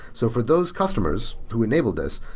so for those customers who enabled this,